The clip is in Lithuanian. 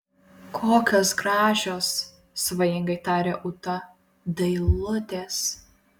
kokios gražios svajingai tarė ūta dailutės